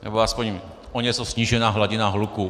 Nebo alespoň o něco snížená hladina hluku.